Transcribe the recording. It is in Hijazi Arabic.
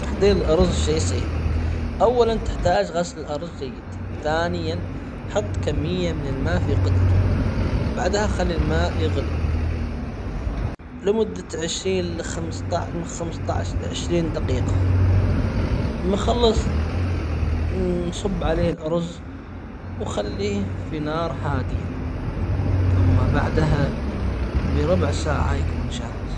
تحضير الارز شي سهل أولًا تحتاج غسل الارز جيد ثانيًا حط كمية من الماء في قدر بعدها خلي الماء يغلي لمدة عشرين لخمسة عشر من خمسة عشر لعشرين دقيقة نخلص نصب عليه الارز وخليه في نار هادية ثم بعدها بربع ساعة يكون جاهز.